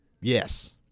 Yes